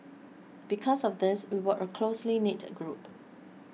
because of this we were a closely knit group